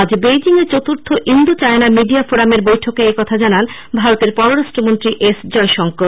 আজ বেইজিং এ চতুর্থ ইন্দো চায়না মিডিয়া ফোরামের বৈঠকে একথা জানান ভারতের পররাষ্ট্রমন্ত্রী এস জয়শংকর